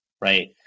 right